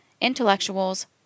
intellectuals